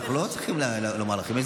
אנחנו לא צריכים לומר לכם.